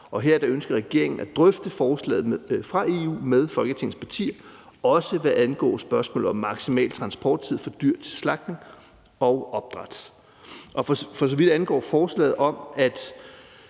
Her ønsker regeringen at drøfte forslaget fra EU med Folketingets partier, også hvad angår spørgsmålet om maksimal transporttid for dyr til slagtning og opdræt. For så vidt angår forslaget om,